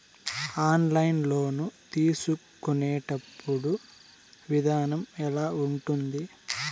online loan తీసుకునేటప్పుడు విధానం ఎలా ఉంటుంది